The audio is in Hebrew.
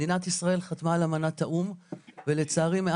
מדינת ישראל חתמה על אמנת האו"ם ולצערי